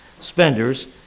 spenders